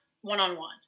one-on-one